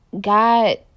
God